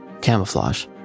Camouflage